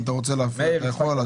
אם אתה רוצה להפריע אתה יכול,